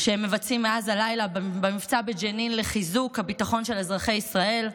שהם מבצעים מאז הלילה במבצע בג'נין לחיזוק הביטחון של אזרחי ישראל.